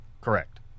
Correct